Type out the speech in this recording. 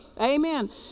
Amen